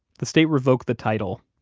the state revoked the title.